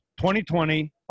2020